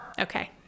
Okay